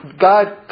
God